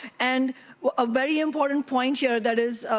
and a very important point here that is,